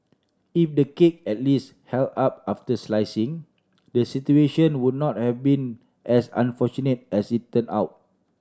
if the cake at least held up after slicing the situation would not have been as unfortunate as it turned out